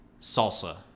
salsa